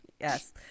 Yes